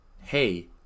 hey